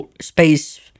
space